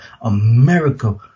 America